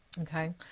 okay